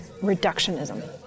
reductionism